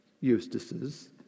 Eustaces